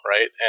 right